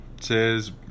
says